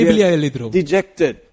Dejected